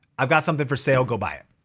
i've got something for sale, go buy it.